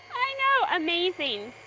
i know, amazing!